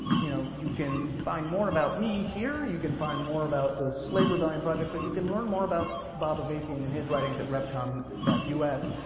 you know you can find more about me here, you can find more about the slave rebellion project, but you can learn more about bob avakian and his writings at revcom us,